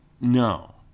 no